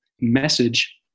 message